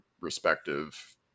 respective